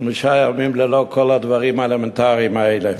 חמישה ימים ללא כל הדברים האלמנטריים האלה.